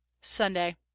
sunday